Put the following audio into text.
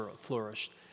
flourished